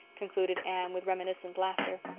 concluded anne, with reminiscent laughter.